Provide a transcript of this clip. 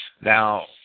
Now